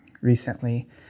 recently